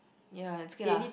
yea it's okay lah